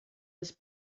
his